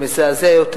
מזעזע יותר.